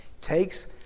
takes